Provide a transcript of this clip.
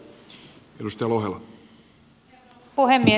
herra puhemies